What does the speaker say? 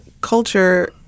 culture